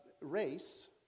Race